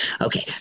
Okay